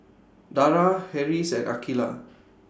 Dara Harris and Aqilah